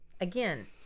again